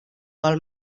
gol